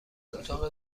اتاق